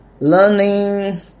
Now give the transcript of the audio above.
learning